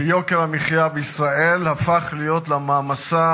שיוקר המחיה בישראל הפך להיות למעמסה